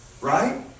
right